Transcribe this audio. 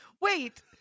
Wait